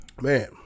Man